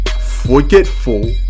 forgetful